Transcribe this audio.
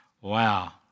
Wow